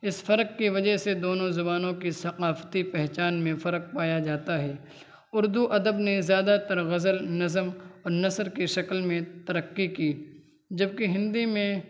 اس فرق کی وجہ سے دونوں زبانوں کی ثقافتی پہچان میں فرق پایا جاتا ہے اردو ادب نے زیادہ تر غزل نظم اور نثر کی شکل میں ترقی کی جبکہ ہندی میں